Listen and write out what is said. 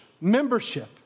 membership